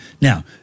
Now